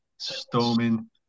Storming